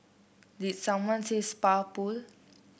did someone say spa pool